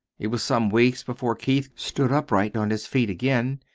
it was some weeks before keith stood upright on his feet again.